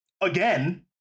again